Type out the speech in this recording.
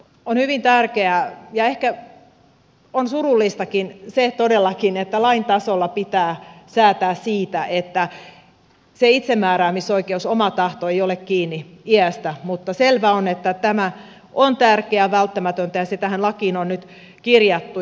on hyvin tärkeää ja on surullistakin se todellakin että lain tasolla pitää säätää siitä että itsemääräämisoikeus oma tahto ei ole kiinni iästä mutta selvä on että tämä on tärkeää välttämätöntä ja se tähän lakiin on nyt kirjattu